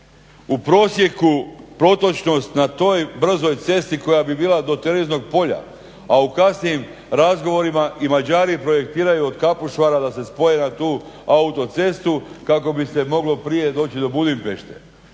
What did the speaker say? U prosjeku protočnost na toj brzoj cesti koja bi bila do Terezinog polja, a u kasnijim razgovorima i Mađari projektiraju od Kapušvara da se spoje na tu autocestu kako bi se moglo prije doći do Budimpešte.